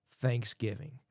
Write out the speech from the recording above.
Thanksgiving